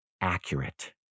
accurate